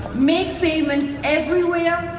make payments everywhere,